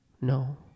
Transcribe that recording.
No